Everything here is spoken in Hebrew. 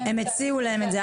הם הציעו להם את זה,